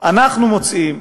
אנחנו מוצאים,